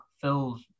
fills